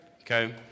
Okay